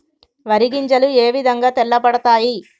వరి గింజలు ఏ విధంగా తెల్ల పడతాయి?